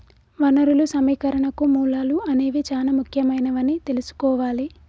వనరులు సమీకరణకు మూలాలు అనేవి చానా ముఖ్యమైనవని తెల్సుకోవాలి